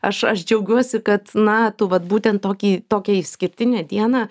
aš aš džiaugiuosi kad na tu vat būten tokį tokią išskirtinę dieną